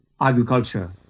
agriculture